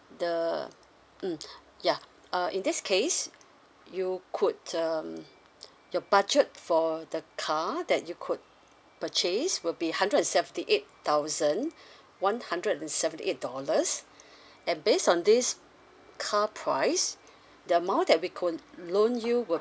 the mm ya uh in this case you could um your budget for the car that you could purchase will be hundred and seventy eight thousand one hundred and seventy eight dollars and based on this car price the amount that we could loan you will